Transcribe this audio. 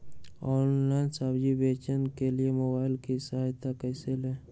Online सब्जी बेचने के लिए मोबाईल की सहायता कैसे ले?